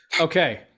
Okay